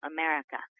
America